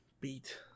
beat